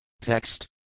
Text